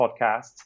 podcasts